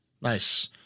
Nice